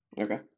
Okay